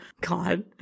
god